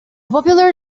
popular